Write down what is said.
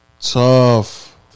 Tough